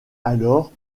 alors